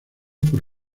por